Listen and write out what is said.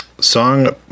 Song